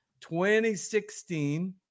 2016